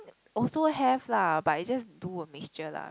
also have lah but it's just do a mixture lah